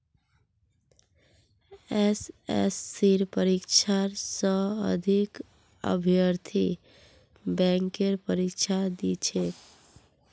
एसएससीर परीक्षा स अधिक अभ्यर्थी बैंकेर परीक्षा दी छेक